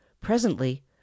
Presently